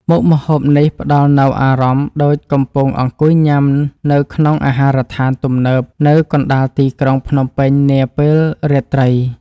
មុខម្ហូបនេះផ្តល់នូវអារម្មណ៍ដូចកំពុងអង្គុយញ៉ាំនៅក្នុងអាហារដ្ឋានទំនើបនៅកណ្តាលទីក្រុងភ្នំពេញនាពេលរាត្រី។